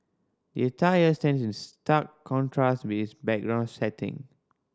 the attire stands in stark contrast with background setting